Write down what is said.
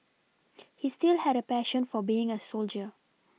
he still had a passion for being a soldier